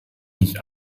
nicht